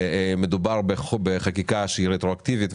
מדובר בחקיקה שהיא רטרואקטיבית,